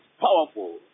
powerful